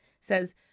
says